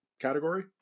category